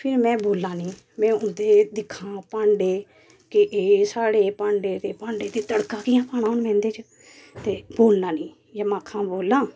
फिर मैं बोल्लां नी मैं उन्दे दिक्खां भांडे के एह् एह् स्हाड़े भांडे ते भांडे च तड़का कियां पाना हुन मैं इंदे च ते बोलना नी जे मैं आक्खां बोल्लां